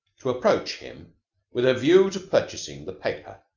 to approach him with a view to purchasing the paper.